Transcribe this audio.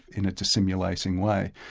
in its dissimulating way.